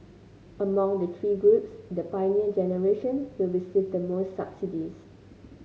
among the three groups the Pioneer Generation will receive the most subsidies